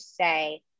say